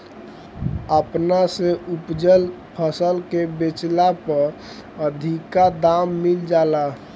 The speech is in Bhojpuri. अपना से उपजल फसल के बेचला पर अधिका दाम मिल जाला